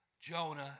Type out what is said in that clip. Jonah